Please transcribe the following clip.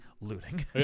looting